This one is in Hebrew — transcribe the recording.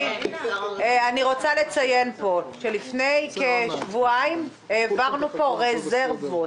אני רוצה לציין פה שלפני כשבועיים העברנו פה רזרבות